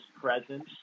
presence